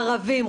ערבים,